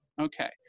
Okay